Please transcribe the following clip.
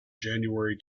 january